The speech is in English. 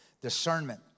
Discernment